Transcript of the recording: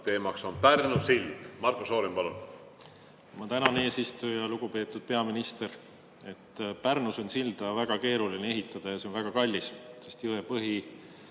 teema on Pärnu sild. Marko Šorin, palun! Ma tänan, eesistuja! Lugupeetud peaminister! Pärnus on silda väga keeruline ehitada ja see on väga kallis, sest jõe põhi,